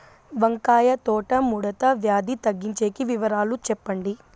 వంకాయ తోట ముడత వ్యాధి తగ్గించేకి వివరాలు చెప్పండి?